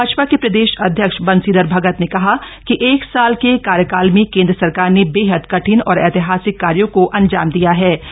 भाजपा के प्रदेश अध्यक्ष बंशीधर भगत ने कहा कि एक साल के कार्यकाल में केंद्र सरकार ने बेहद कठिन और ऐतिहासिक कार्यों को अंजाम दिया हा